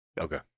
Okay